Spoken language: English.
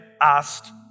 asked